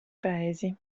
paesi